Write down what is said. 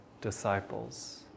disciples